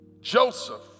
Joseph